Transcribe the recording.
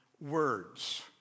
words